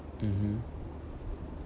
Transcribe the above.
mmhmm